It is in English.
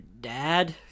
dad